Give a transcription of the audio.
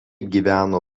gyvena